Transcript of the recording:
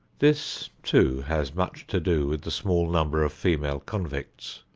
this too has much to do with the small number of female convicts.